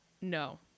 No